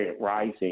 rising